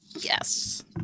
Yes